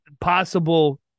possible